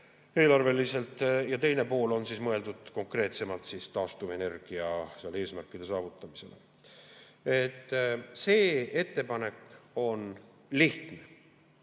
eelarveliselt, ja teine pool on mõeldud konkreetsemalt taastuvenergia eesmärkide saavutamiseks. See ettepanek on lihtne.